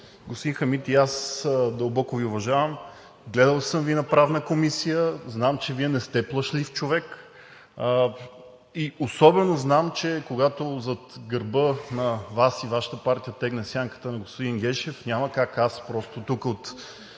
Господин Хамид, и аз много ви уважавам. Гледал съм Ви на Правна комисия, знам, че Вие не сте плашлив човек и особено знам, че когато зад гърба на Вас и Вашата партия тегне сянката на господин Гешев, няма как аз просто тук от